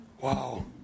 wow